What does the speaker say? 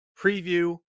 preview